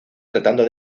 tratando